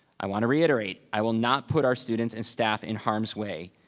i wanna reiterate, i will not put our students and staff in harms way.